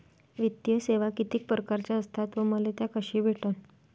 वित्तीय सेवा कितीक परकारच्या असतात व मले त्या कशा भेटन?